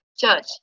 church